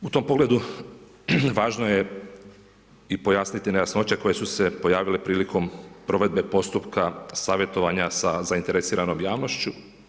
U tom pogledu važno je i pojasniti nejasnoće koje su se pojavile prilikom provedbe postupaka savjetovanja sa zainteresiranom javnošću.